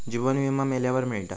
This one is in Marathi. जीवन विमा मेल्यावर मिळता